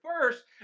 First